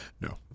No